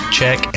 Check